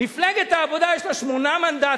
מפלגת העבודה יש לה שמונה מנדטים,